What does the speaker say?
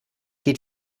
geht